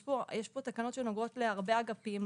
יש פה תקנות שנוגעות להרבה אגפים,